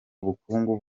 bukungu